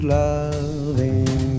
loving